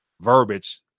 verbiage